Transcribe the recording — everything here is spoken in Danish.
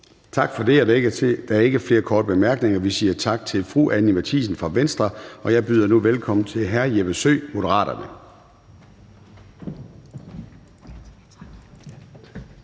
Tak for det. Der er ikke flere korte bemærkninger, så vi siger tak til fru Mai Villadsen fra Enhedslisten. Jeg byder nu velkommen til fru Lotte Rod fra